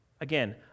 Again